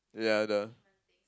yeah the